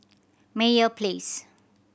Meyer Place